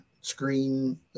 screen